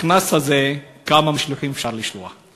בקנס הזה, כמה משלוחים אפשר לשלוח?